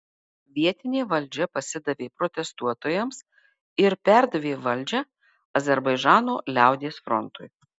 vietinė valdžia pasidavė protestuotojams ir perdavė valdžią azerbaidžano liaudies frontui